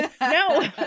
No